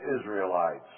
Israelites